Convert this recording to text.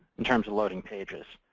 in terms of loading pages.